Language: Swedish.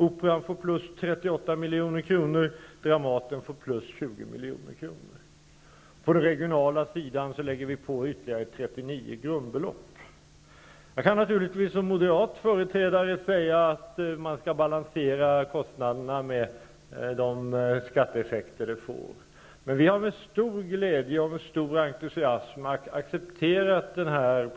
Operan får plus 38 milj.kr. Dramaten får plus 20 milj.kr. På den regionala sidan lägger vi på ytterligare 39 Jag kan naturligtvis som moderat företrädare säga att man skall balansera kostnaderna med de skatteeffekter de får. Men vi har med stor glädje och entusiasm accepterat